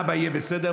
אבא יהיה בסדר?